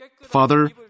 Father